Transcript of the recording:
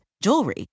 jewelry